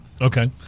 Okay